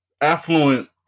affluent